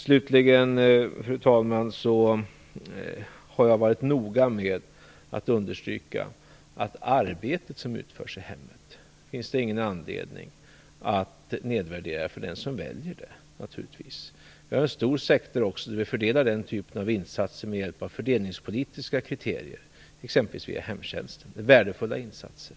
Slutligen, fru talman, har jag varit noga med att understryka att det inte finns någon anledning att nedvärdera det arbete som utförs i hemmet. Vi har också en stor sektor där vi fördelar den typen av insatser med hjälp av fördelningspolitiska kriterier, exempelvis via hemtjänsten. Det är värdefulla insatser.